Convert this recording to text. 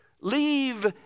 Leave